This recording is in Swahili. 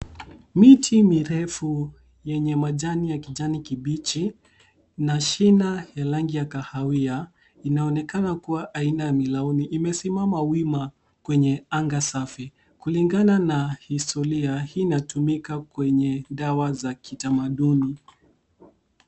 Miti mirefu yenye majani ya kijani kibichi na shina ya rangi ya kahawia inaonekana kuwa aina ya milauni. Imesimama wima kwenye anga safi. Kulingana na historia, hii inatumika kwenye dawa za kitamaduni.